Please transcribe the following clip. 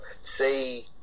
say